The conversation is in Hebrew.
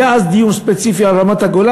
היה אז דיון ספציפי על רמת-הגולן,